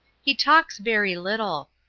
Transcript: he talks very little.